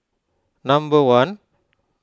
number one